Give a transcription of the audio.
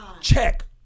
check